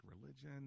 religion